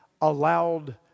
allowed